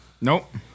Nope